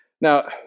Now